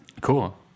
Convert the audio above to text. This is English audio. Cool